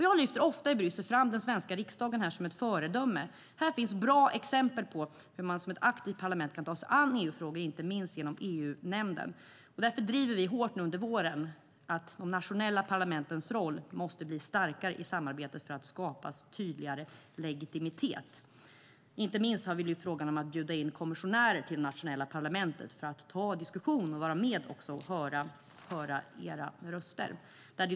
Jag lyfter ofta fram den svenska riksdagen som ett föredöme i Bryssel. Här finns bra exempel på hur man som ett aktivt parlament kan ta sig an EU-frågor, inte minst genom EU-nämnden. Därför driver vi hårt nu under våren att de nationella parlamentens roll måste bli starkare i samarbetet för att skapa tydligare legitimitet. Vi har inte minst lyft fram frågan om att bjuda in kommissionärer till det nationella parlamentet för att föra diskussioner och vara med och höra era röster.